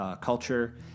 culture